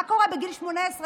מה קורה בגיל 18?